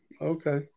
Okay